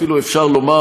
אפילו אפשר לומר